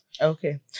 Okay